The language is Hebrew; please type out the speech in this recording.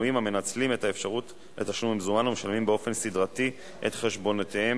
בכל זאת להשתדל,